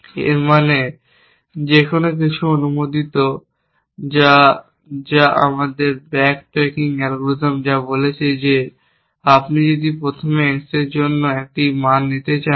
এর মানে যেকোন কিছুর জন্য অনুমোদিত যা যা আমাদের ব্যাক ট্রেকিং অ্যালগরিদম যা বলেছে যে আপনি যদি প্রথমে X এর জন্য একটি মান দিতে চান